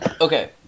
okay